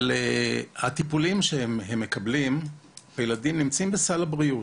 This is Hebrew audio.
הטיפולים שהילדים מקבלים נמצאים בסל הבריאות.